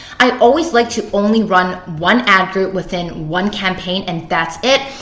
i always like to only run one ad group within one campaign and that's it.